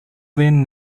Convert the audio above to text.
then